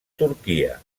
turquia